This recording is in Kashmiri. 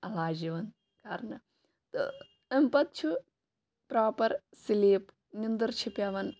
عَلاج یِوان کَرنہٕ تہٕ امہِ پَتہٕ چھُ پراپَر سلیٖپ نِندٕر چھِ پیٚوَان